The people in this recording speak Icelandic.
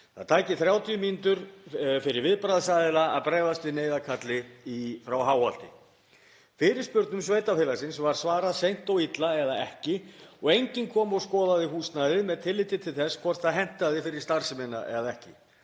það taki 30 mínútur fyrir viðbragðsaðila að bregðast við neyðarkalli í frá Háholti. Fyrirspurnum sveitarfélagsins var svarað seint og illa eða ekki og enginn kom og skoðaði húsnæðið með tilliti til þess hvort það hentaði fyrir starfsemina eða ekki.